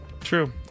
true